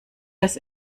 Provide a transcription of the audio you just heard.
das